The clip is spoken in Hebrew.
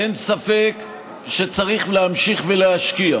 אין ספק שצריך להמשיך ולהשקיע.